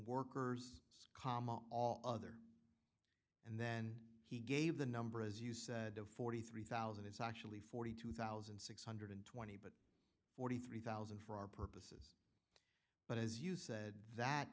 workers comma all other and then he gave the number as you said of forty three thousand is actually forty two thousand six hundred and twenty but forty three thousand for our purposes but as you said that